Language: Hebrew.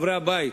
לחברי הבית,